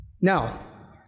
Now